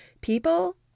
people